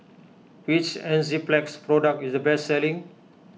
which Enzyplex product is the best selling